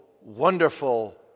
Wonderful